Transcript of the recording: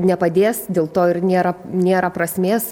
nepadės dėl to ir nėra nėra prasmės